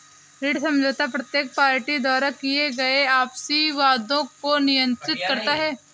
ऋण समझौता प्रत्येक पार्टी द्वारा किए गए आपसी वादों को नियंत्रित करता है